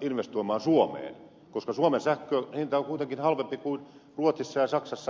investoimaan suomeen koska suomen sähkön hinta on kuitenkin halvempi kuin ruotsissa ja saksassa jonne e